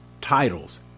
titles